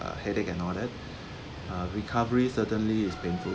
a headache and all that uh recovery certainly is painful